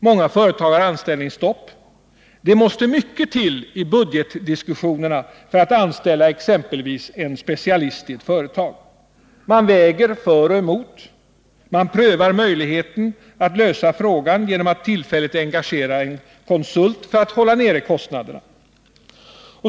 Många företag har anställningsstopp. Det måste mycket till i budgetdiskussionerna för att anställa exempelvis en specialist i ett företag. Man väger för och emot. Man prövar möjligheten att lösa frågan genom att tillfälligt engagera en konsult, för att hålla nere kostnaderna.